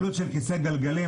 עלות של כיסא גלגלים,